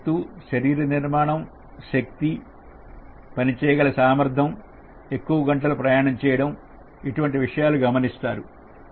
ఎత్తు శరీర నిర్మాణం శక్తి పని చేయగల సామర్థ్యం ఎక్కువ గంటలు ప్రయాణించడం వంటి విషయాలు గమనిస్తారు